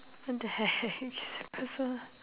what the heck this is personal